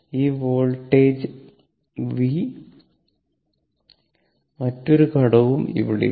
ഈ voltage v മറ്റൊരു ഘടകവും അവിടെയില്ല